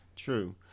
True